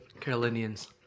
Carolinians